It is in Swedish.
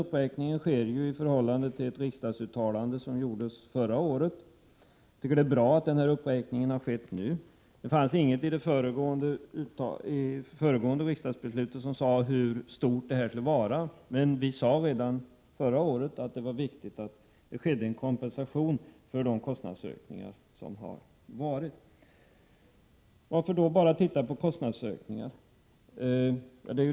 Uppräkningen sker i förhållande till ett riksdagsuttalande som gjordes förra året, och det är bra. I det föregående riksdagsbeslutet angavs inte hur stort bidraget skulle vara, men i centerpartiet sade vi redan då att det var viktigt att tidningarna fick kompensation för kostnadsökningar. Varför då bara titta på kostnadsökningar?